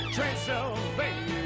Transylvania